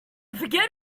forget